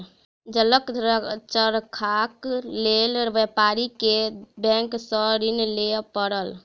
जलक चरखाक लेल व्यापारी के बैंक सॅ ऋण लिअ पड़ल